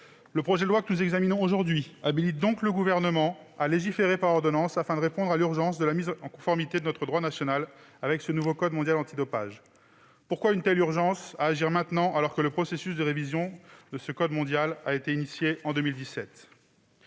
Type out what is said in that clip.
Le projet de loi que nous examinons aujourd'hui tend donc à habiliter le Gouvernement à légiférer par ordonnance, afin de répondre à l'urgence de la mise en conformité de notre droit national avec le nouveau code mondial antidopage. Pourquoi une telle urgence à agir maintenant, alors que le processus de révision du code mondial antidopage a été engagé en 2017 ?